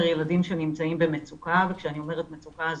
ילדים שנמצאים במצוקה וכשאני אומרת מצוקה,